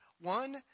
One